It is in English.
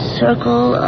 circle